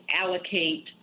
allocate